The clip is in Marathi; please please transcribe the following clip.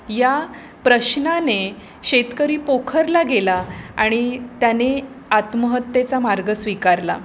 या प्रश्नाने शेतकरी पोखरला गेला आणि त्याने आत्महत्येचा मार्ग स्वीकारला